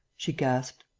she gasped.